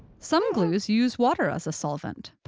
some glues use water as a solvent,